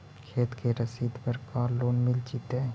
खेत के रसिद पर का लोन मिल जइतै?